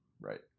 right